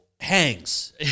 hangs